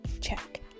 Check